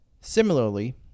Similarly